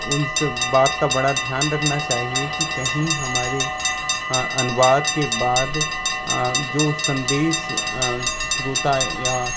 उन सब बात का बड़ा ध्यान रखना चाहिये कि कहीं हमारे अनुवाद के बाद जो संदेश श्रोता या